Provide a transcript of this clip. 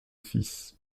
fils